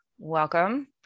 Welcome